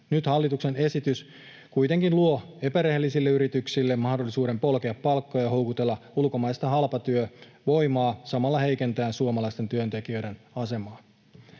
Nyt hallituksen esitys kuitenkin luo epärehellisille yrityksille mahdollisuuden polkea palkkoja ja houkutella ulkomaista halpatyövoimaa samalla heikentäen suomalaisten työntekijöiden asemaa.